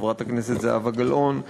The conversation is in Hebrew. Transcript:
חברת הכנסת זהבה גלאון,